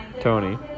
Tony